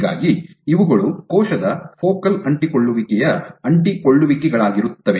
ಹೀಗಾಗಿ ಇವುಗಳು ಕೋಶದ ಫೋಕಲ್ ಅಂಟಿಕೊಳ್ಳುವಿಕೆಯ ಅಂಟಿಕೊಳ್ಳುವಿಕೆಗಳಾಗಿರುತ್ತವೆ